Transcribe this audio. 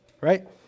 right